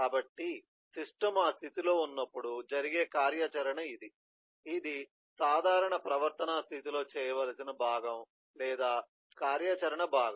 కాబట్టి సిస్టమ్ ఆ స్థితిలో ఉన్నప్పుడు జరిగే కార్యాచరణ ఇది ఇది సాధారణ ప్రవర్తనా స్థితిలో చేయవలసిన భాగం లేదా కార్యాచరణ భాగం